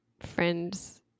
friend's